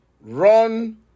run